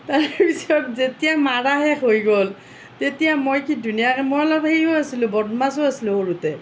তাৰ পিছত যেতিয়া মৰা শেষ হৈ গ'ল তেতিয়া মই কি ধুনীয়াকৈ মই অলপ সেইও আছিলো বদমাছো আছিলো সৰুতে